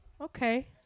Okay